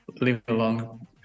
live-along